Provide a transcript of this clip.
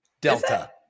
Delta